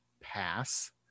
pass